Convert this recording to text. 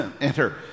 enter